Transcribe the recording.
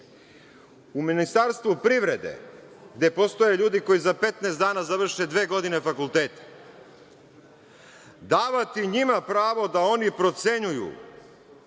u Ministarstvu privrede, gde postoje ljudi koji za 15 dana završe dve godine fakulteta, davati njima pravo da oni procenjuju